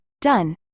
done